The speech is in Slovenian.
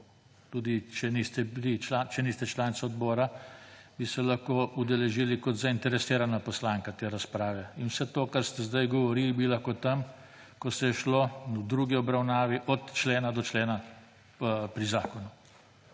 Tudi če niste članica odbora, bi se te razprave lahko udeležili kot zainteresirana poslanka. In vse to, kar ste zdaj govorili, bi lahko tam, ko se je šlo v drugi obravnavi od člena do člena pri zakonu.